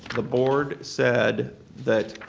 the board said that